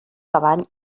cavall